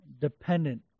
Dependent